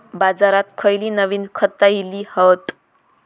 बाजारात खयली नवीन खता इली हत?